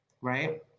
right